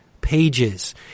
pages